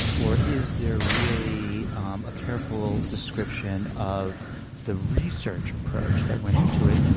or is there really um a careful description of the research approach that went into it,